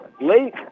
late